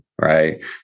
right